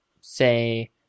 say